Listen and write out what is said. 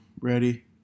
Ready